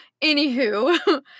Anywho